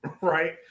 right